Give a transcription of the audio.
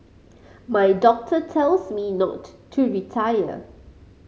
my doctor tells me not to retire